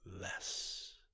less